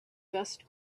best